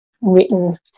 written